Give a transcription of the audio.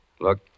Look